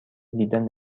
دیدن